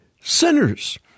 Sinners